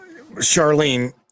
charlene